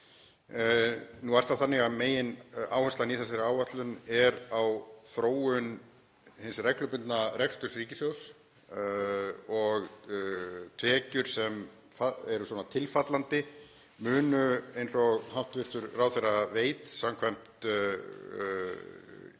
Nú er það þannig að megináherslan í þessari áætlun er á þróun hins reglubundna reksturs ríkissjóðs og tekjur sem eru svona tilfallandi munu, eins og hv. þingmaður veit, samkvæmt